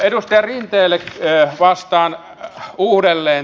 edustaja rinteelle vastaan uudelleen